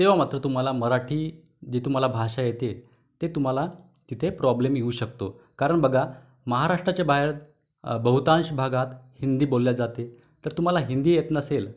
तेव्हा मात्र तुम्हाला मराठी जी तुम्हाला भाषा येते ते तुम्हाला तिथे प्रॉब्लेम येऊ शकतो कारण बघा महाराष्ट्राच्या बाहेर बहुतांश भागात हिंदी बोलली जाते तर तुम्हाला हिन्दी येत नसेल